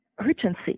urgency